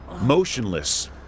motionless